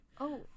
Oh-